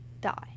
die